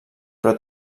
però